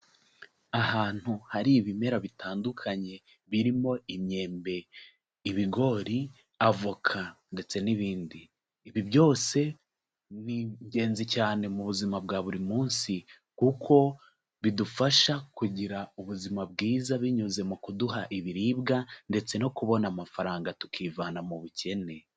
Ahantu hari ibimera bitandukanye birimo imyembe, ibigori, avoka ndetse n'ibindi, ibi byose ni ingenzi cyane mu buzima bwa buri munsi kuko bidufasha kugira ubuzima bwiza binyuze mu kuduha ibiribwa ndetse no kubona amafaranga tukivana mu bukene.